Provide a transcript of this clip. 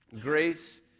grace